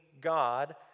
God